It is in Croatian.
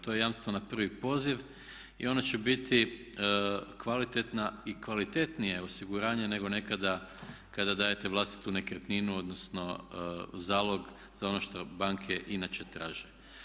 To je jamstvo na prvi poziv i ono će biti kvalitetna i kvalitetnije osiguranje nego nekada kada dajete vlastitu nekretninu odnosno zalog za ono što banke inače traže.